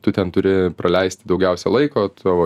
tu ten turi praleisti daugiausia laiko tavo